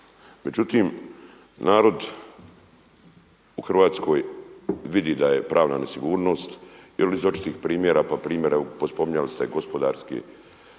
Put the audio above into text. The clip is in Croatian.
Međutim, narod u Hrvatskoj vidi da je pravna nesigurnost jer iz očitih primjera, pa primjera spominjali ste gospodarski